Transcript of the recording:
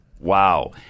Wow